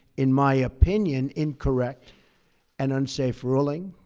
in my opinion, incorrect and unsafe ruling,